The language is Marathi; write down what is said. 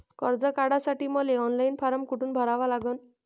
कर्ज काढासाठी मले ऑनलाईन फारम कोठून भरावा लागन?